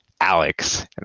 Alex